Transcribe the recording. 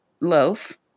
loaf